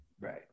right